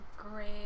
Great